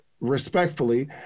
respectfully